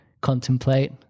contemplate